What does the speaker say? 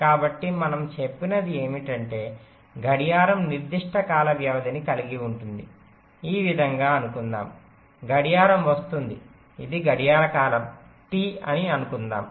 కాబట్టి మనము చెప్పినది ఏమిటంటే గడియారం నిర్దిష్ట కాల వ్యవధిని కలిగి ఉంటుంది ఈ విధంగా అనుకుందాము గడియారం వస్తుంది ఇది గడియార కాలం T అని అనుకుందాము